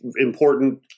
important